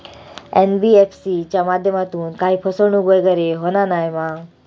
NBFC च्या माध्यमातून काही फसवणूक वगैरे होना नाय मा?